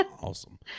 Awesome